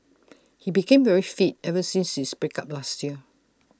he became very fit ever since his break up last year